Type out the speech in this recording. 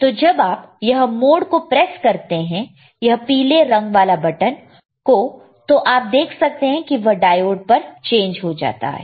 तो जब आप यह मोड को प्रेस करते हैं यह पीले रंग वाला बटन को तो आप देख सकते हैं कि वह डायोड पर चेंज हो जाता है